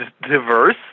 diverse